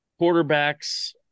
quarterbacks